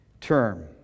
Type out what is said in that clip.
term